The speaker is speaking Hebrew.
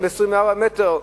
ב-24 מטר,